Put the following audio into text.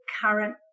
current